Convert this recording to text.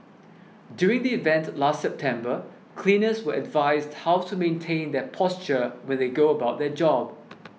during the event last September cleaners were advised how to maintain their posture when they go about their job